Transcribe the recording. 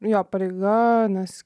jo pareiga nes